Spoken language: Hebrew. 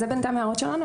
בינתיים אלה ההערות שלנו.